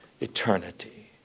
eternity